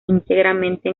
íntegramente